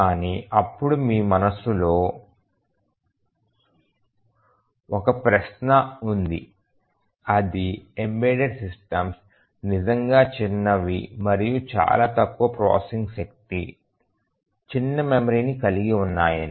కానీ అప్పుడు మీ మనస్సులో ఒక ప్రశ్న ఉంది అది ఎంబెడెడ్ సిస్టమ్స్ నిజంగా చిన్నవి మరియు చాలా తక్కువ ప్రాసెసింగ్ శక్తి చిన్న మెమరీని కలిగి ఉన్నాయని